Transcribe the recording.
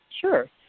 Sure